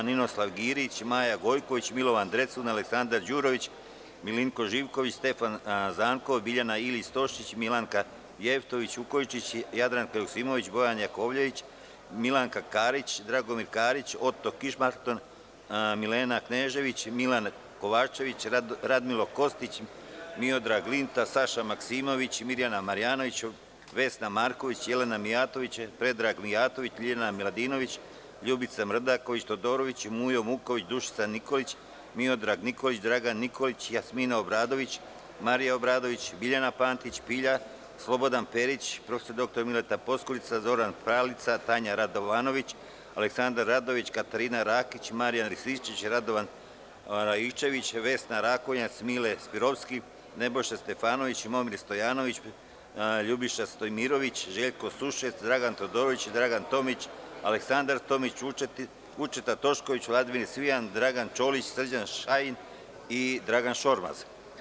Dr Ninoslav Girić, Maja Gojković, Milovan Drecun, Aleksandra Đurović, Milanko Živković, Stefan Zankov, Biljana Ilić Stošić, Milanka Jevtović Vukojičić, Jadranka Joksimović, Bojan Jakovljević, Milanka Karić, Dragomir J. Karić, Oto Kišmarton, dr Milan Knežević, Milan Kovačević, Radmilo Kostić, Miodrag Linta, Saša Maksimović, Mirjana Marjanović, Vesna Marković, Jelena Mijatović, dr Predrag Mijatović, Ljiljana Miladinović, Ljubica Mrdaković, Todorović, Mujo Muković, Dušica Nikolić, Miodrag Nikolić, Dragan Nikolić, Jasmina Obradović, Marija Obradović, Biljana Pantić Pilja, Slobodan Perić, prof. dr Mileta Poskurica, Zoran Pralica, Tanja Radovanović, dr Aleksandar Radojević, Katarina Rakić, Marijan Rističević, Radovan Raičević, Vesna Rakonjac, Mile Spirovski, dr Nebojša Stefanović, Momir Stojanović, prof. dr Ljubiša Stojmirović, Željko Sušec, Dragan Todorović, dr Aleksandra Tomić, Dragan Tomić, Vučeta Tošković, Vladimir Cvijan, Dragan Čolić, Srđan Šajn i Dragan Šormaz.